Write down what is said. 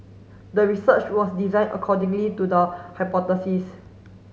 the research was designed accordingly to the hypothesis